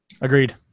Agreed